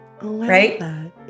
right